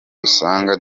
usanga